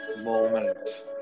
moment